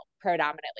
predominantly